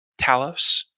Talos